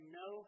no